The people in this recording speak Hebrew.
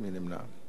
מי נמנע?